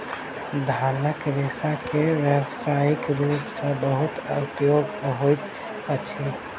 धानक रेशा के व्यावसायिक रूप सॅ बहुत उपयोग होइत अछि